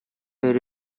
there